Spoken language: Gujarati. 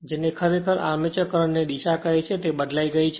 જેને ખરેખર આર્મચર કરંટ ની દિશા કહે છે તે બદલાઈ ગઈ છે